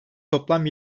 toplam